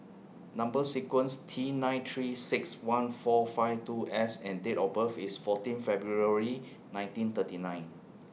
Number sequence T nine three six one four five two S and Date of birth IS fourteen February nineteen thirty nine